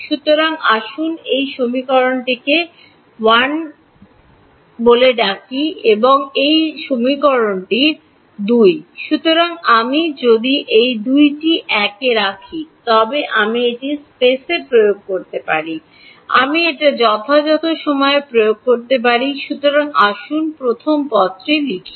সুতরাং আসুন এই সমীকরণটি 1 টি কল করুন এবং এটি এখন সমীকরণ 2 সুতরাং আমি যদি এই 2 টি 1 এ রাখি তবে আমি এটি স্পেসে প্রয়োগ করতে পারি আমি এটি যথাসময়ে প্রয়োগ করতে পারি সুতরাং আসুন প্রথম পদটি ডান লিখি